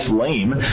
lame